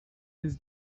his